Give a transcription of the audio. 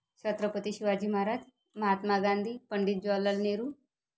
Chhatrapati Shivaji Maharaj Mahatma Gandhi Pandit Jawaharlal Nehru